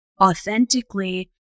authentically